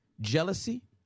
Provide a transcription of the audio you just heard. jealousy